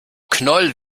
knoll